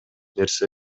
нерсе